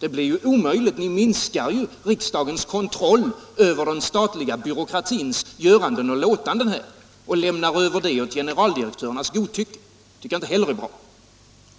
Det blir ju omöjligt. Ni minskar ju riksdagens kontroll över den statliga byråkratins göranden och låtanden här och lämnar över det åt generaldirektörernas godtycke. Det tycker jag inte heller är bra.